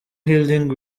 healing